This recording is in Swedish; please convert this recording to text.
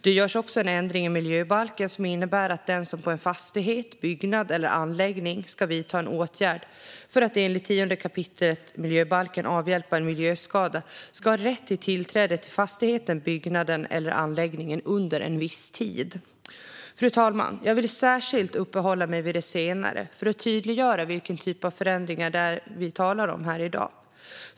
Det görs också en ändring i miljöbalken som innebär att den som på en fastighet, byggnad eller anläggning ska vidta en åtgärd för att enligt 10 kap. miljöbalken avhjälpa en miljöskada ska ha rätt till tillträde till fastigheten, byggnaden eller anläggningen under en viss tid. Fru talman! Jag vill särskilt uppehålla mig vid det senare för att tydliggöra vilken typ av förändringar det är vi talar om här i dag.